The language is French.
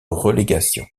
relégation